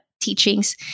teachings